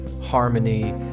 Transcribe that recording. harmony